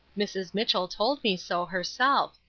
mrs. mitchell told me so, herself.